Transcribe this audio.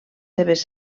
seves